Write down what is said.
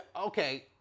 Okay